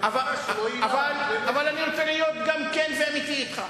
אבל אני רוצה להיות גם כן ואמיתי אתך.